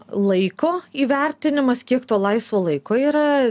laiko įvertinimas kiek to laisvo laiko yra